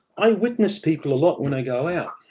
i witness people a lot when i go out.